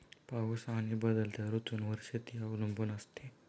पाऊस आणि बदलत्या ऋतूंवर शेती अवलंबून असते